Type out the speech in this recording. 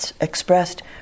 expressed